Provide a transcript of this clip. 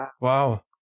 Wow